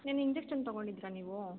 ನಿನ್ನೆ ಇಂಜೆಕ್ಷನ್ ತಗೊಂಡಿದ್ರಾ ನೀವು